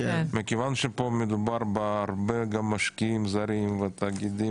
מכיוון שפה מדובר גם בהרבה משקיעים זרים ותאגידים